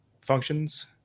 functions